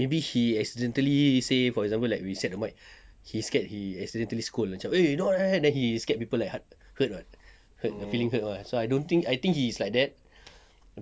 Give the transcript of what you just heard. maybe he accidentally say for example we set the mic he scared he accidentally scold eh macam don't like that then he scared people like heart hurt [what] hurt the feeling hurt [what] so I don't think he's like that